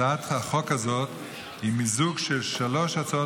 הצעת החוק הזאת היא מיזוג של שלוש הצעות